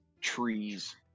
Trees